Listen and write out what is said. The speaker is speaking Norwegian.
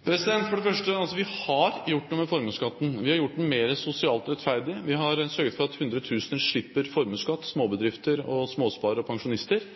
For det første: Vi har gjort noe med formuesskatten. Vi har gjort den mer sosialt rettferdig, vi har sørget for at 100 000 slipper formuesskatt – småbedrifter, småsparere og pensjonister –